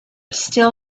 still